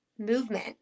movement